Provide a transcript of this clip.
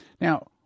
Now